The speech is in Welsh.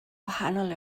wahanol